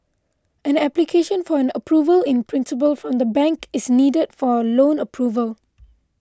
an application for an Approval in Principle from the bank is needed for loan approval